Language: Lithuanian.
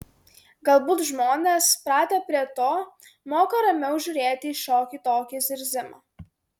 galbūt žmonės pratę prie to moka ramiau žiūrėti į šiokį tokį zirzimą